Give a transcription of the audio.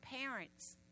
parents